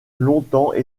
longtemps